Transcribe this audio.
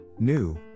new